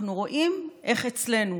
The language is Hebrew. אנחנו רואים איך אצלנו,